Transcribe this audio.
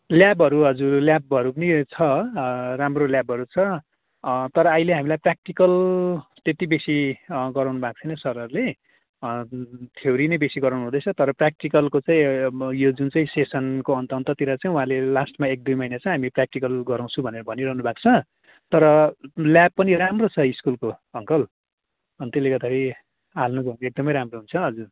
ल्याबहरू हजुर ल्याबहरू पनि छ राम्रो ल्याबहरू छ तर अहिले हामीलाई प्र्याक्टिकल त्यत्ति बेसी गराउनु भएको छैन सरहरूले थ्योरी नै बेसी गराउँदै हुँदैछ तर प्र्याक्टिकलको चाहिँ अब यो जुन चाहिँ सेसनको अन्त अन्ततिर चाहिँ उहाँहरूले लास्टमा एक दुई महिना चाहिँ हामी प्र्याक्टिकल गराउँछौँ भनेर भनिरहनु भएको छ तर ल्याब पनि राम्रो छ स्कुलको अङ्कल अन्त त्यसले गर्दाखेरि हाल्नु चाहिँ एकदमै राम्रो हुन्छ हजुर